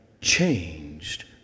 changed